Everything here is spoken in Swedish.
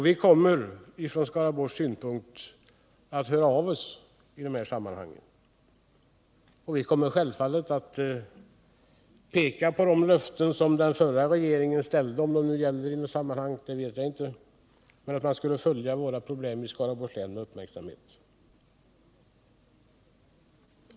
Vi kommer att höra av oss från Skaraborgs län i de här sammanhangen, och vi kommer självfallet att peka på de löften som den förra regeringen ställde — om de gäller vet jag inte — om att man skulle följa våra problem i Skaraborgs län med uppmärksamhet.